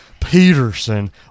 Peterson